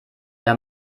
der